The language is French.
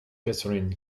catherine